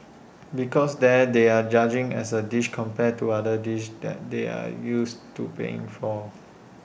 because there they're judging as A dish compared to other dishes that they're used to paying for